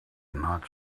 not